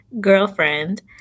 girlfriend